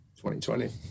2020